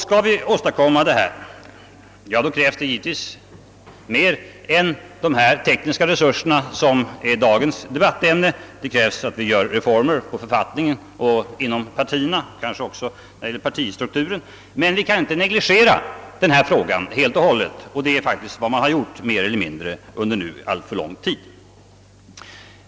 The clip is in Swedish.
Skall vi åstadkomma detta krävs det givetvis mera än de tekniska resurser, som är dagens debattämne. Det kommer att behövas författningsreformer och ändringar inom partierna och kanske av partistrukturen. Men vi kan inte helt negligera denna fråga, så som under lång tid faktiskt har skett.